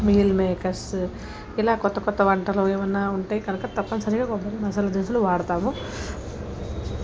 meal makers ఇలా కొత్త కొత్త వంటలు ఏమైనా ఉంటే కనుక తప్పనిసరిగా వాటిలో మసాలా దినుసులు వాడతాము